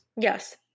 Yes